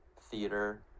theater